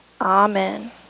Amen